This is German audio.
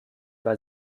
war